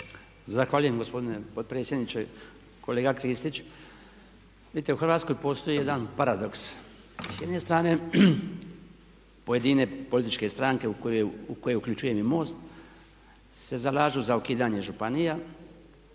Zahvaljujem gospodine potpredsjedniče. Kolega Kristić, vidite u Hrvatskoj postoji jedan paradoks, s jedne strane pojedine političke stranke u koje uključujem i MOST se zalažu za ukidanje županija,